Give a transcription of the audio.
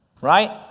Right